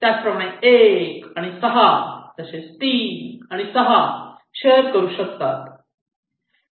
त्याचप्रमाणे 1 आणि 6 तसेच 3 आणि 6 शेअर करू शकतात